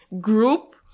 group